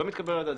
לא מתקבל על הדעת,